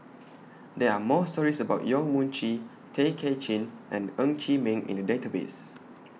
There Are stories about Yong Mun Chee Tay Kay Chin and Ng Chee Meng in The Database